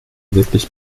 wirklich